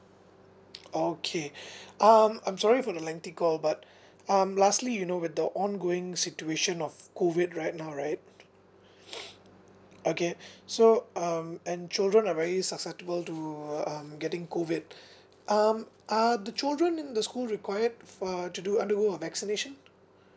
okay um I'm sorry for the lengthy call but um lastly you know with the ongoing situation of COVID right now right okay so um and children are very susceptible to um getting COVID um are the children in the school required for to do undergo a vaccination